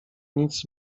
nic